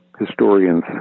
historians